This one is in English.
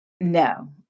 No